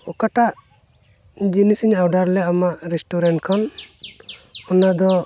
ᱚᱠᱟᱴᱟᱜ ᱡᱤᱱᱤᱥ ᱤᱧ ᱚᱰᱟᱨ ᱞᱮᱜ ᱟᱢᱟᱜ ᱨᱮᱥᱴᱩᱨᱮᱱᱴ ᱠᱷᱚᱱ ᱚᱱᱟ ᱫᱚ